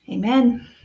Amen